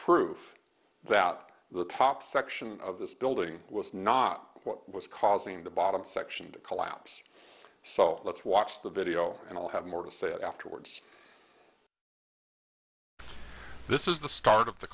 proof that the top section of this building was not what was causing the bottom section to collapse so let's watch the video and i'll have more to say afterwards this is the start of the